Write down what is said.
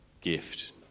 gift